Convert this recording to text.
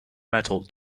metal